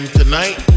tonight